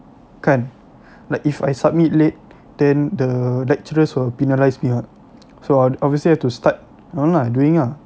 kan like if I submit late then the lecturers will penalize me [what] so I obviously have to start on doing ah